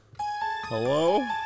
Hello